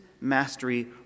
mastery